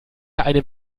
einem